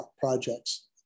projects